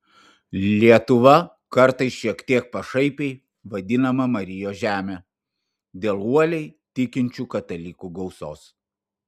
lietuva kartais šiek tiek pašaipiai vadinama marijos žeme dėl uoliai tikinčių katalikų gausos